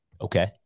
Okay